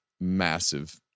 massive